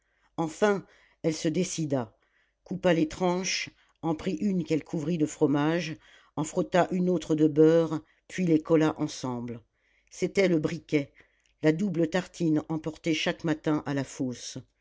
enfin elle se décida coupa les tranches en prit une qu'elle couvrit de fromage en frotta une autre de beurre puis les colla ensemble c'était le briquet la double tartine emportée chaque matin à la fosse